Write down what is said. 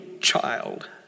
child